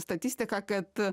statistiką kad